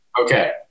Okay